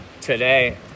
today